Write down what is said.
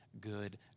good